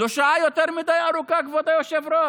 זו שעה יותר מדי ארוכה, כבוד היושב-ראש.